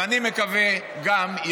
ואני מקווה גם,